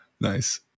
Nice